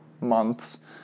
months